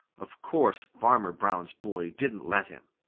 of course farmer brown's boy didn't let him.